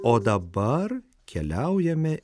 o dabar keliaujame